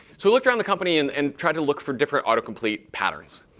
so we looked around the company and and tried to look for different autocomplete patterns.